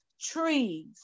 trees